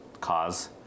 cause